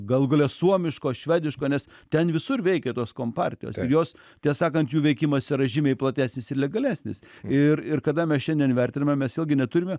galų gale suomiško švediško nes ten visur veikė tos kompartijos ir jos tiesą sakant jų veikimas yra žymiai platesnis ir legalesnis ir ir kada mes šiandien vertiname mes vėl gi neturime